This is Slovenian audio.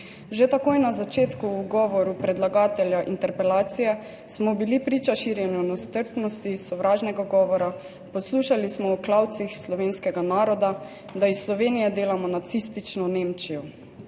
Že takoj na začetku v govoru predlagatelja interpelacije smo bili priča širjenju nestrpnosti, sovražnega govora, poslušali smo o klavcih slovenskega naroda, da iz Slovenije delamo nacistično Nemčijo.